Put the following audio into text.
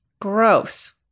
Gross